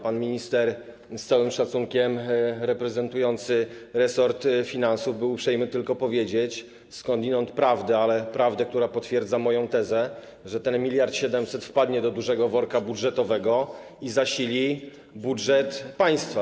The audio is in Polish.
Pan minister, z całym szacunkiem, reprezentujący resort finansów był uprzejmy tylko powiedzieć, skądinąd prawdę, ale prawdę, która potwierdza moją tezę, że ten miliard siedemset wpadnie do dużego worka budżetowego i zasili budżet państwa.